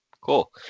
cool